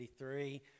1983